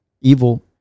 evil